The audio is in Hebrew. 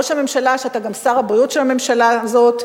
ראש הממשלה, שאתה גם שר הבריאות של הממשלה הזאת,